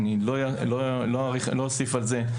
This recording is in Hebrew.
אני לא אוסיף על זה.